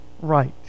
right